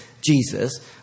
Jesus